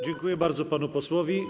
Dziękuję bardzo panu posłowi.